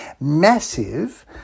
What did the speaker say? massive